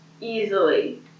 easily